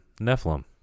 Nephilim